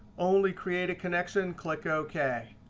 only create a connection. click ok.